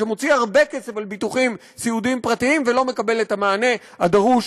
שמוציא הרבה כסף על ביטוחים סיעודיים פרטיים ולא מקבל את המענה הדרוש,